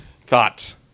Thoughts